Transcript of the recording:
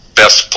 best